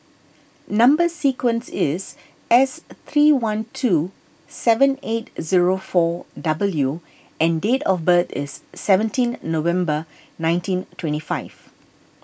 Number Sequence is S three one two seven eight zero four W and date of birth is seventeenth November nineteen twenty five